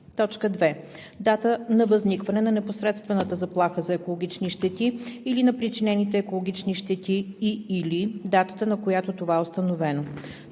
щети; 2. дата на възникване на непосредствената заплаха за екологични щети или на причинените екологични щети и/или датата, на която това е установено;